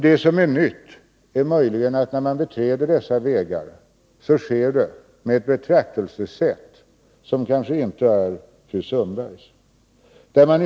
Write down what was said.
Det som är nytt är möjligen att man när man beträder dessa vägar gör det med ett betraktelsesätt som kanske inte är fru Sundbergs.